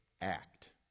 act